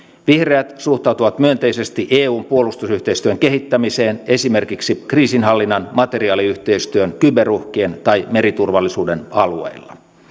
vihreät suhtautuvat myönteisesti eun puolustusyhteistyön kehittämiseen esimerkiksi kriisinhallinnan materiaaliyhteistyön kyberuhkien tai meriturvallisuuden alueilla